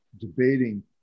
debating